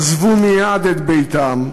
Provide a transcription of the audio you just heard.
עזבו מייד את ביתם,